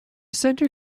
center